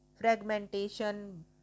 fragmentation